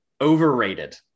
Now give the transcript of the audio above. overrated